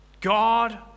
God